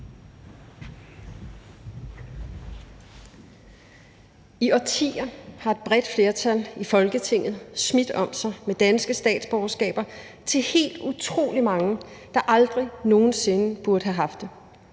I årtier har et bredt flertal i Folketinget smidt om sig med danske statsborgerskaber til helt utrolig mange, der aldrig nogen sinde burde have haft det.